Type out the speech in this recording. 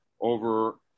over